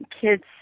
kids